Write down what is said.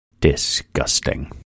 Disgusting